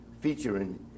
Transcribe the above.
featuring